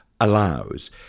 allows